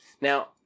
Now